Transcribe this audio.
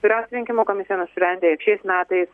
vyriausioji rinkimų komisija nusprendė jog šiais metais